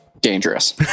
dangerous